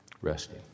resting